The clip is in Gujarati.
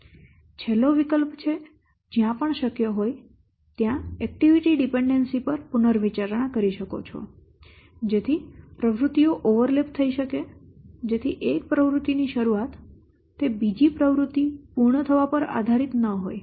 અને છેલ્લો વિકલ્પ એ છે કે જ્યાં પણ શક્ય હોય ત્યાં એક્ટીવીટી ડિપેન્ડેન્સી પર પુનર્વિચારણા કરી શકો છો જેથી પ્રવૃત્તિઓ ઓવરલેપ થઈ શકે જેથી એક પ્રવૃત્તિની શરૂઆત બીજી પ્રવૃત્તિ પૂર્ણ થવા પર આધારીત ન હોય